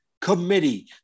committee